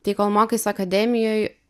tai kol mokais akademijoj